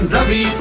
Ravi